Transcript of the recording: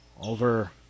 over